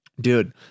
dude